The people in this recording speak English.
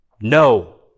No